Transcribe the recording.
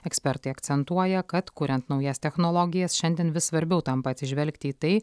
ekspertai akcentuoja kad kuriant naujas technologijas šiandien vis svarbiau tampa atsižvelgti į tai